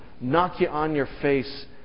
knock-you-on-your-face